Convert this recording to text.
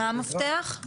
מה המפתח?